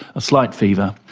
a slight fever,